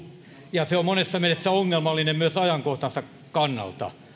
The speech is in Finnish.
ja se on monessa mielessä ongelmallinen myös ajankohtansa kannalta